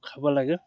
খাব লাগে